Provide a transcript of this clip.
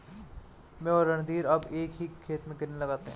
मैं और रणधीर अब एक ही खेत में गन्ने लगाते हैं